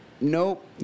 Nope